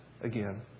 Again